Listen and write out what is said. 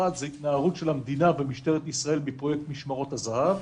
אחד זה התנערות המדינה במשטרת ישראל בפרויקט משטרות הזה"ב,